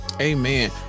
Amen